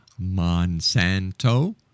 Monsanto